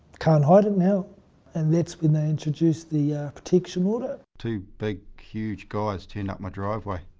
can't hide it now and that's when they introduced the protection order. two big huge guys turned up my driveway,